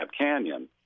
Canyon